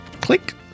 click